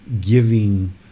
giving